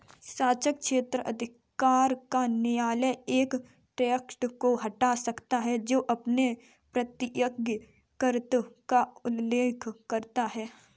सक्षम क्षेत्राधिकार का न्यायालय एक ट्रस्टी को हटा सकता है जो अपने प्रत्ययी कर्तव्य का उल्लंघन करता है